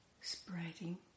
spreading